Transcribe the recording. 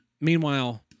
Meanwhile